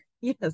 yes